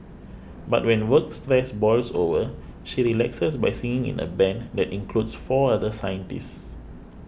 but when work stress boils over she relaxes by singing in a band that includes four other scientists